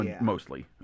Mostly